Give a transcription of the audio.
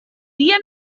dia